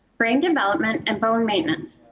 brain development and bone maintenance.